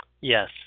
Yes